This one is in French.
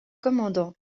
commandant